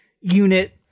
unit